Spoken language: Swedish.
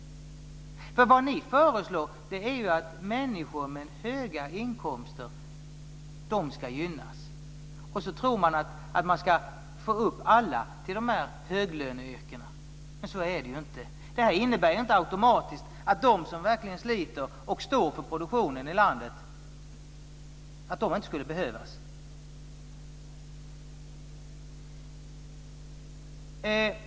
Vad ni föreslår är att människor med höga inkomster ska gynnas. Och så tror ni att man ska få upp alla till de här höglöneyrkena. Men så är det ju inte. Det här innebär inte automatiskt att de som verkligen sliter och står för produktionen i landet inte skulle behövas.